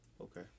Okay